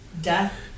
death